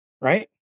right